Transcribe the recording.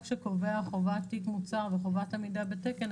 שקובע חובת תיק מוצר וחובת עמידה בתקן,